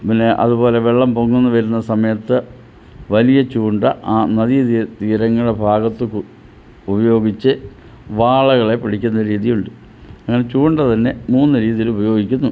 പിന്നെ അതുപോലെ വെളളം പൊങ്ങുന്ന വരുന്ന സമയത്ത് വലിയ ചൂണ്ട ആ നദീ തീരം തീരങ്ങളെ ഭാഗത്ത് ഉപയോഗിച്ച് വാളകളെ പിടിക്കുന്ന രീതിയുണ്ട് അങ്ങനെ ചൂണ്ട തന്നെ മൂന്ന് രീതിയിൽ ഉപയോഗിക്കുന്നു